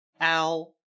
Al